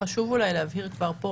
אולי חשוב להבהיר כבר כאן.